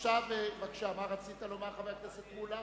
כהצעת הוועדה,